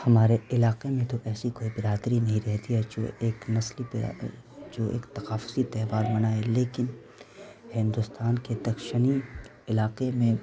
ہمارے علاقے میں تو ایسی کوئی برادری نہیں رہتی ہے جو ایک نسل پہ جو ایک تقافتی تہوار منائے لیکن ہندوستان کے دکشنی علاقے میں